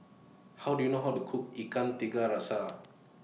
How Do YOU know How to Cook Ikan Tiga Rasa